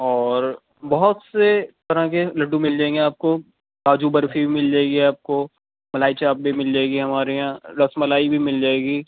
اور بہت سے طرح کے لڈو مل جائیں گے آپ کو کاجو برفی بھی مل جائے گی آپ کو ملائی چاپ بھی جائے گی ہمارے یہاں رس ملائی بھی مل جائے گی